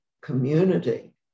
community